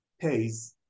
pays